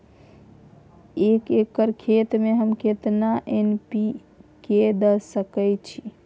एक एकर खेत में हम केतना एन.पी.के द सकेत छी?